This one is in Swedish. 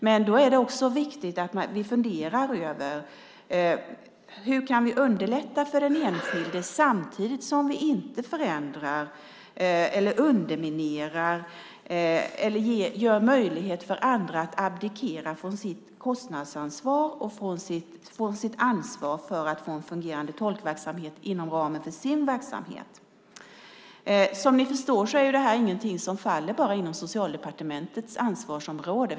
Men då är det också viktigt att vi funderar över hur vi kan underlätta för den enskilde samtidigt som vi inte förändrar, underminerar eller gör det möjligt för andra att abdikera från sitt kostnadsansvar eller ansvar för att det ska finnas en fungerande tolkverksamhet inom ramen för sin verksamhet. Som ni förstår är detta ingenting som faller enbart inom Socialdepartementets ansvarsområde.